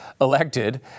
elected